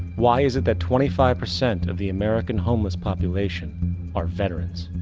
why is it that twenty five percent of the american homeless population are veterans?